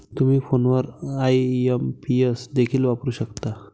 तुम्ही फोनवर आई.एम.पी.एस देखील वापरू शकता